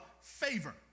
favor